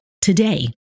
today